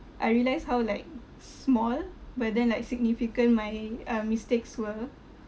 I realised how like small but then like significant my um mistakes were